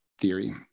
theory